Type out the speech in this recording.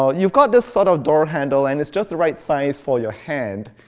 so you've got this sort of door handle, and it's just the right size for your hand.